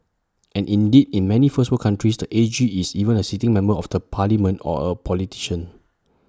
and indeed in many first world countries the A G is even A sitting member of the parliament or A politician